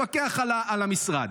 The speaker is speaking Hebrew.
לפקח על המשרד.